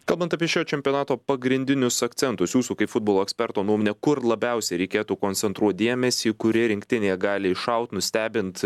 kalbant apie šio čempionato pagrindinius akcentus jūsų kaip futbolo eksperto nuomone kur labiausiai reikėtų koncentruot dėmesį kuri rinktinė gali iššaut nustebint